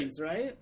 Right